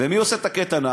ומי עושה את הקייטנה?